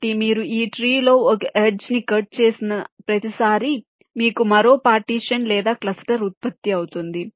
కాబట్టి మీరు ఈ ట్రీ లో ఒక ఎడ్జ్ ని కట్ చేసిన ప్రతిసారీ మీకు మరో పార్టీషన్ లేదా క్లస్టర్ ఉత్పత్తి అవుతుంది